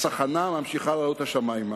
הצחנה ממשיכה לעלות השמימה,